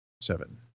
seven